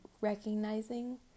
recognizing